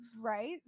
Right